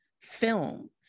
film